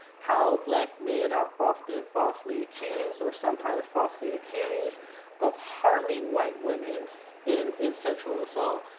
how black men are often falsely accused, or sometimes falsely accused of harming white women in in sexual assault.